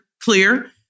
clear